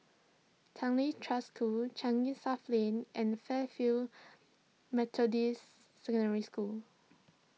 Tanglin Trust School Changi South Lane and Fairfield Methodist Secondary School